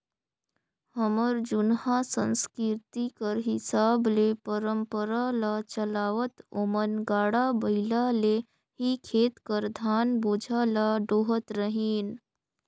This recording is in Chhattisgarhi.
हमर जुनहा संसकिरती कर हिसाब ले परंपरा ल चलावत ओमन गाड़ा बइला ले ही खेत कर धान बोझा ल डोहत रहिन